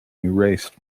erased